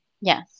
Yes